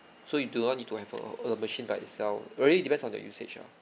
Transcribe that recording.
so you do not need to have a a machine by itself it really depends on the usage lah